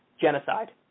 genocide